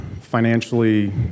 financially